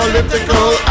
Political